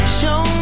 show